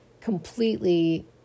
completely